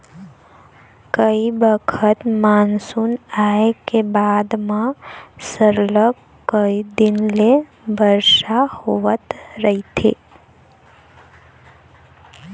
कइ बखत मानसून आए के बाद म सरलग कइ दिन ले बरसा होवत रहिथे